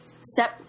step